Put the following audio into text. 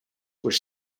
were